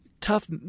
tough